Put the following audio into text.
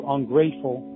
Ungrateful